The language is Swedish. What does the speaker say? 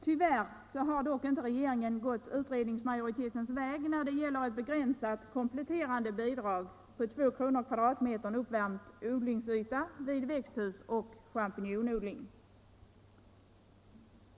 Tyvärr har dock inte regeringen gått på utredningsmajoritetens väg när det gäller ett begränsat kompletterande bidrag på 2 kr./m” uppvärmd odlingsyta vid växthusoch champinjonodling.